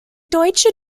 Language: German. deutsche